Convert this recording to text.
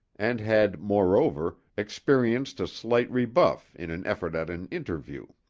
and had, moreover, experienced a slight rebuff in an effort at an interview.